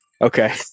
Okay